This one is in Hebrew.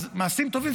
אז מעשים טובים.